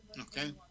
Okay